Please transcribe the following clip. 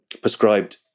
prescribed